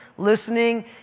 listening